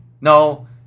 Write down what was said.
no